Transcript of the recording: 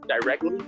directly